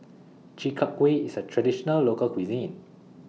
Chi Kak Kuih IS A Traditional Local Cuisine